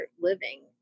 living